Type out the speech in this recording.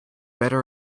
better